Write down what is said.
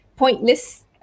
pointless